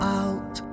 out